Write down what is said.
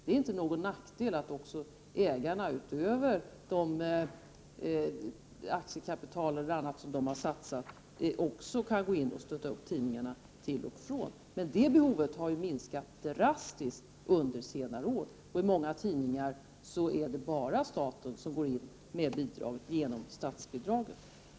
Det är ingen nackdel att också ägarna, utöver det aktiekapital som har satsats, går in med stöd till tidningar till och från. Men det behovet har minskat drastiskt under senare år. Många tidningar får bara statsbidrag.